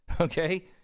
Okay